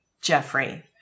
Jeffrey